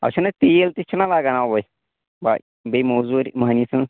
اَتھ چھُنا تیٖل تہِ چھِنا لگان اَوَے بیٚیہِ موزوٗرۍ مٔہنی سٕنٛز